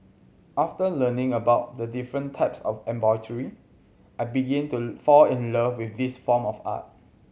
after learning about the different types of embroidery I begin to fall in love with this form of art